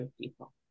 people